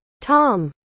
Tom